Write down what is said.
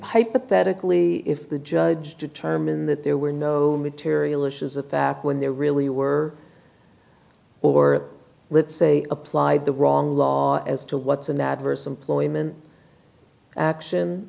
hypothetically if the judge determined that there were no material issues of fact when there really were or let's say applied the wrong law as to what's an adverse employment action